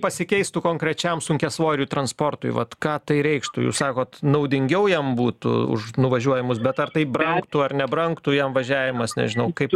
pasikeistų konkrečiam sunkiasvoriui transportui vat ką tai reikštų jūs sakot naudingiau jam būtų už nuvažiuojamus bet ar tai brangtų ar nebrangtų jam važiavimas nežinau kaip